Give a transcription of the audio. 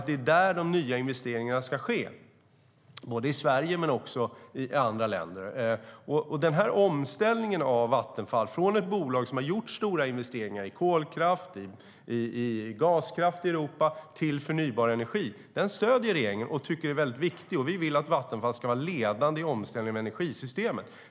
Det är där de nya investeringarna ska ske, både i Sverige och i andra länder. Omställningen av Vattenfall från att ha gjort stora investeringar i kolkraft och gaskraft i Europa till att investera i förnybar energi är något som regeringen stöder och tycker är viktigt. Vi vill att Vattenfall ska vara ledande i omställningen av energisystemet.